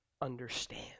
understand